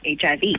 HIV